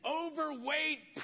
overweight